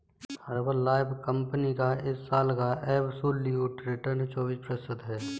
Herbalife company का इस साल एब्सोल्यूट रिटर्न चौबीस प्रतिशत है